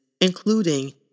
including